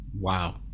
wow